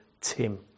Tim